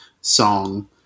song